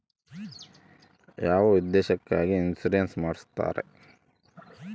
ಯಾವ ಉದ್ದೇಶಕ್ಕಾಗಿ ಇನ್ಸುರೆನ್ಸ್ ಮಾಡ್ತಾರೆ?